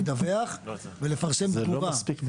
לדווח ולפרסם תגובה.